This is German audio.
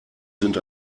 sind